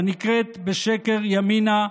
הנקראת בשקר "ימינה",